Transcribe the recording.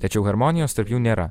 tačiau harmonijos tarp jų nėra